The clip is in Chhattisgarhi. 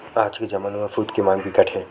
आज के जमाना म सूत के मांग बिकट हे